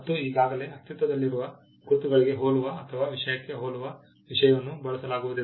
ಮತ್ತು ಈಗಾಗಲೇ ಅಸ್ತಿತ್ವದಲ್ಲಿರುವ ಗುರುತುಗಳಿಗೆ ಹೋಲುವ ಅಥವಾ ವಿಷಯಕ್ಕೆ ಹೋಲುವ ವಿಷಯವನ್ನು ಬಳಸಲಾಗುವುದಿಲ್ಲ